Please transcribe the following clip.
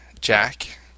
Jack